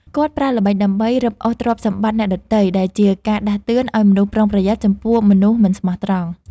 គាត់ប្រើល្បិចដើម្បីរឹបអូសទ្រព្យសម្បត្តិអ្នកដទៃ ដែលជាការដាស់តឿនឱ្យមនុស្សប្រុងប្រយ័ត្នចំពោះមនុស្សមិនស្មោះត្រង់។